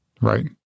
right